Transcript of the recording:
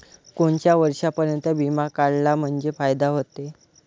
कोनच्या वर्षापर्यंत बिमा काढला म्हंजे फायदा व्हते?